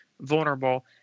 vulnerable